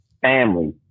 family